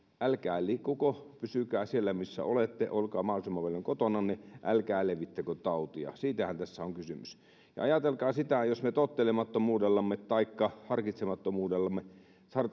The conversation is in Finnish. älkää liikkuko pysykää siellä missä olette olkaa mahdollisimman paljon kotonanne älkää levittäkö tautia siitähän tässä on kysymys ajatelkaa jos me tottelemattomuudellamme taikka harkitsemattomuudellamme